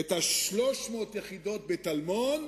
את 300 היחידות בטלמון,